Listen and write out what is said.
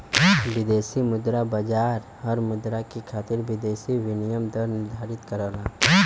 विदेशी मुद्रा बाजार हर मुद्रा के खातिर विदेशी विनिमय दर निर्धारित करला